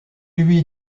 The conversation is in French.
lui